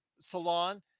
salon